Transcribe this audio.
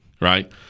right